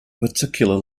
particular